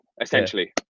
essentially